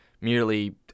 merely